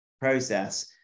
process